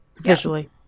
Visually